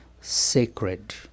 sacred